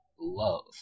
love